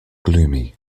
gloomy